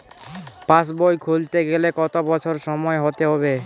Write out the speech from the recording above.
পাশবই খুলতে গেলে কত বছর বয়স হতে হবে?